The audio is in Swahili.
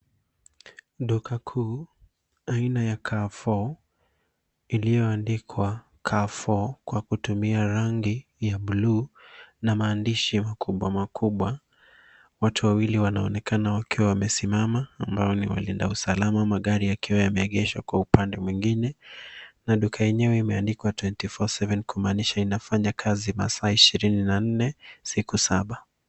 Duka kuu aina ya Carrefour iliyoandikwa Carrefour kwa kutumia rangi ya bluu na maandishi makubwa makubwa. Watu wawili wanaonekana wakiwa wamesimama ambao ni walinda usalama magari yakiwa yameegeshwa kwa upande mwingine na duka yenyewe imeandikwa twenty four seven kumaanisha inafanya kazi masaa ishirini na nne siku saba.